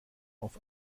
auf